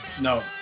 No